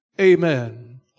Amen